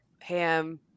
ham